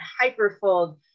hyperfold